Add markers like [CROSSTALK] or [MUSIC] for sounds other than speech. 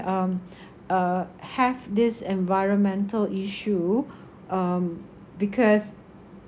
um [BREATH] uh have this environmental issue um because